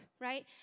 right